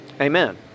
Amen